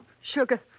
sugar